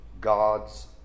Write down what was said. God's